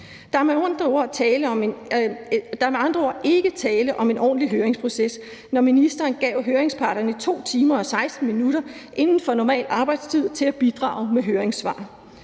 Der er med andre ord ikke tale om en ordentlig høringsproces, når ministeren gav høringsparterne 2 timer og 16 minutter inden for normal arbejdstid til at bidrage med høringssvar,